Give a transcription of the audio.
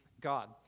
God